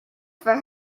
for